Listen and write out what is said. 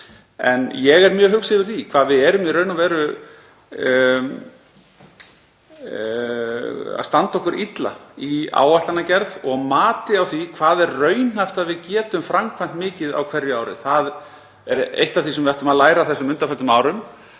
En ég er mjög hugsi yfir því hvað við erum í raun og veru að standa okkur illa í áætlanagerð og mati á því hvað sé raunhæft að við getum framkvæmt mikið á hverju ári. Eitt af því sem við ættum að læra af þessum undanförnum árum